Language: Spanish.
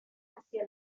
hacia